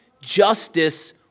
justice